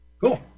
Cool